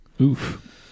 Oof